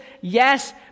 Yes